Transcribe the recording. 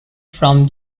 from